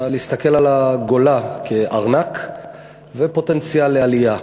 להסתכל על הגולה כארנק וכפוטנציאל לעלייה.